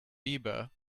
bieber